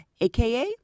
aka